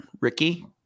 Ricky